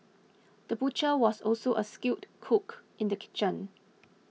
the butcher was also a skilled cook in the kitchen